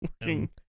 working